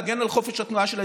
להגן על חופש התנועה של האזרחים.